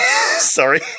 sorry